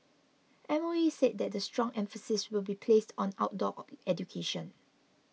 M O E said that strong emphasis will be placed on outdoor education